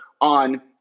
on